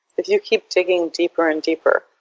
if you keep digging deeper and deeper,